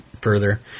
further